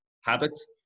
habits